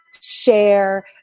share